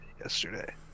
yesterday